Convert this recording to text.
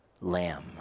lamb